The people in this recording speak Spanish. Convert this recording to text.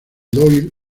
doyle